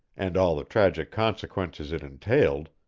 and all the tragic consequences it entailed,